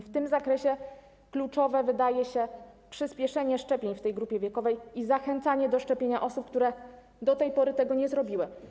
W tym zakresie kluczowe wydaje się przyspieszenie szczepień w tej grupie wiekowej i zachęcanie do szczepienia osób, które do tej pory tego nie zrobiły.